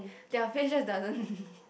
their face just doesn't